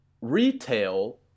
retail